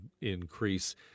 increase